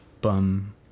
bum